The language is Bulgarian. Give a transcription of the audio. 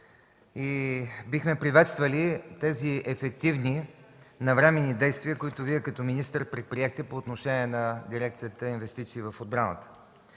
Бихме приветствали тези ефективни навременни действия, които като министър предприехте по отношение на дирекция „Инвестиции в отбраната”.